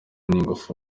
n’ingufu